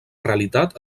realitat